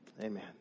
Amen